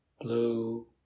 blue